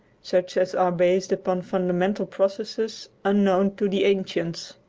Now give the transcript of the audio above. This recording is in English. such as are based upon fundamental processes unknown to the ancients.